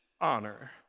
honor